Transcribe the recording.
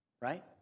right